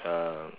uh